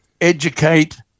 Educate